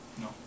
No